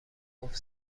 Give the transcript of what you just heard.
گفت